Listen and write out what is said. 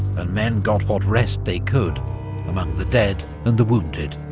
and men got what rest they could among the dead and the wounded.